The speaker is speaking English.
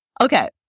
Okay